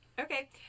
Okay